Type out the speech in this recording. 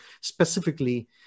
specifically